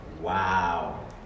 Wow